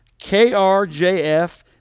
KRJF